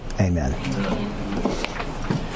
amen